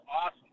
awesome